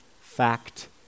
Fact